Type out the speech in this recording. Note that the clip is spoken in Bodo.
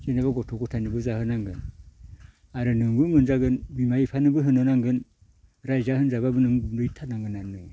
जेन'बा गथ' गथायनोबो जाहोनांगोन आरो नोंबो मोनजागोन बिमा बिफानोबो होनो नांगोन रायजा होनजाब्लाबो नों गुरहैथारनांगोन आरो